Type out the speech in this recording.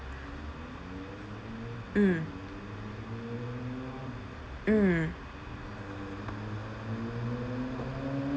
mm mm